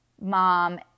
mom